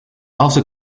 also